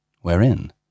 wherein